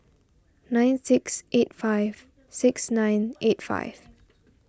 nine six eight five six nine eight five